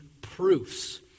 proofs